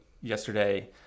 yesterday